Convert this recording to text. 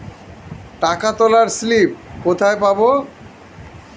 টাকা তোলার স্লিপ কোথায় পাব?